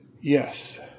Yes